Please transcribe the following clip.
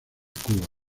cuba